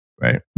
right